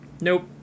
Nope